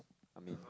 I mean